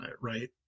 right